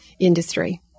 industry